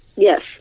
Yes